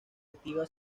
activa